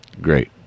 Great